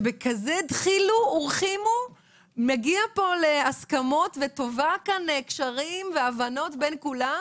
שבכזה דחילו ורחימו מגיע פה להסכמות וטווה כאן קשרים והבנות בין כולם